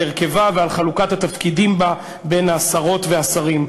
על הרכבה ועל חלוקת התפקידים בה בין השרות והשרים.